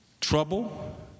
Trouble